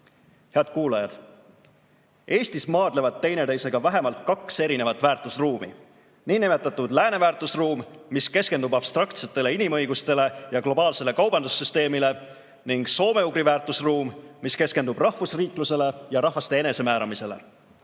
all. Head kuulajad! Eestis maadlevad teineteisega vähemalt kaks erinevat väärtusruumi: niinimetatud lääne väärtusruum, mis keskendub abstraktsetele inimõigustele ja globaalsele kaubandussüsteemile, ning soome-ugri väärtusruum, mis keskendub rahvusriiklusele ja rahvaste enesemääramisele.